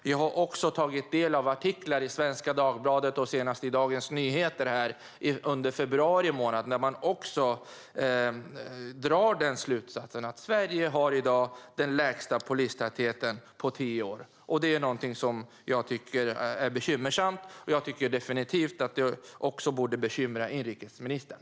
Jag har också tagit del av artiklar i Svenska Dagbladet och senast i Dagens Nyheter, under februari månad, där man drar den slutsatsen: att Sverige i dag har den lägsta polistätheten på tio år. Det är någonting som jag tycker är bekymmersamt. Jag tycker definitivt att det också borde bekymra inrikesministern.